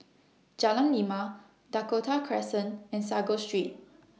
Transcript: Jalan Lima Dakota Crescent and Sago Street